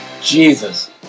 Jesus